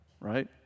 right